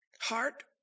heart